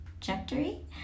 trajectory